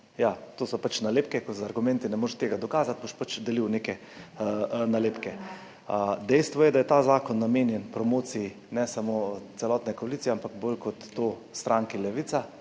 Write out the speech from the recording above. To so pač nalepke, ko z argumenti ne moreš tega dokazati, boš pač delil neke nalepke. Dejstvo je, da je ta zakon namenjen promociji ne samo celotne koalicije, ampak bolj kot to stranke Levica,